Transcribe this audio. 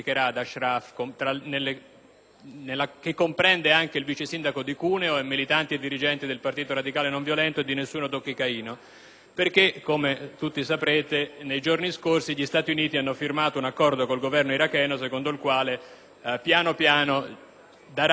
comprende anche il vice sindaco di Cuneo, militanti e dirigenti del Partito radicale nonviolento e di "Nessuno tocchi Caino". Questo perché, come tutti saprete, nei giorni scorsi gli Stati Uniti hanno firmato un accordo con il Governo iracheno secondo il quale il controllo delle zone urbane